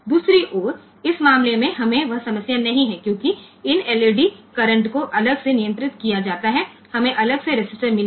બીજી બાજુ આ કિસ્સામાં આપણને તે સમસ્યા નથી હોતી કારણ કે આ LED કરંટ ને અલગથી નિયંત્રિત કરવામાં આવે છે અને આપણી પાસે અલગ રેઝિસ્ટન્સ હોય છે